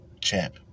champ